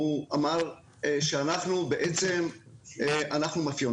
הוא אמר שאנחנו בעצם מאפיונרים.